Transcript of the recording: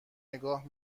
نگاه